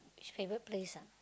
which favourite place ah